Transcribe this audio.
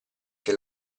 che